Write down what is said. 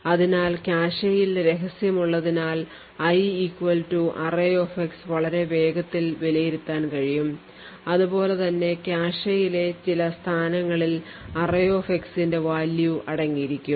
അതിനാൽ കാഷെയിൽ രഹസ്യം ഉള്ളതിനാൽ i arrayx വളരെ വേഗത്തിൽ വിലയിരുത്താൻ കഴിയും അതുപോലെ തന്നെ കാഷെയിലെ ചില സ്ഥാനങ്ങളിൽ array x ന്റെ value അടങ്ങിയിരിക്കും